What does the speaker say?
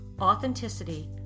authenticity